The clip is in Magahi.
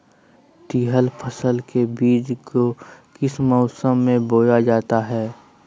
तिलहन फसल के बीज को किस मौसम में बोया जाता है?